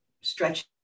stretch